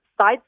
side